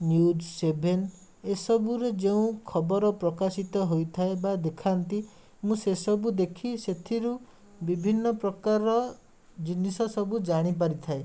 news seven ଏ ସବୁରେ ଯେଉଁ ଖବର ପ୍ରକାଶିତ ହୋଇଥାଏ ବା ଦେଖାନ୍ତି ମୁଁ ସେସବୁ ଦେଖି ସେଥିରୁ ବିଭିନ୍ନ ପ୍ରକାର ଜିନିଷ ସବୁ ଜାଣିପାରିଥାଏ